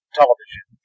television